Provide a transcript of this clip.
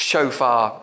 Shofar